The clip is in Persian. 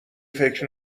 فکر